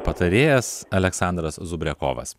patarėjas aleksandras zubriakovas